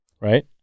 right